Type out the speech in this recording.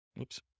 Oops